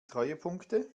treuepunkte